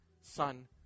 Son